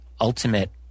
ultimate